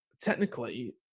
technically